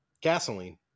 gasoline